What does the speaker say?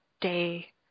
Day